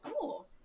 cool